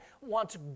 wants